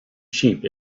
sheep